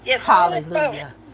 hallelujah